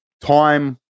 time